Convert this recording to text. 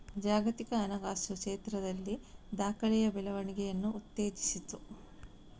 ಜಾಗತಿಕ ಹಣಕಾಸು ಕ್ಷೇತ್ರದಲ್ಲಿ ದಾಖಲೆಯ ಬೆಳವಣಿಗೆಯನ್ನು ಉತ್ತೇಜಿಸಿತು